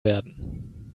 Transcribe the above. werden